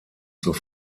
zur